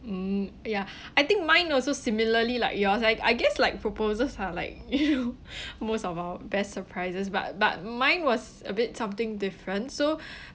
mm ya I think mine also similarly like yours like I guess like proposals are like most of our best surprises but but mine was a bit something different so